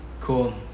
Cool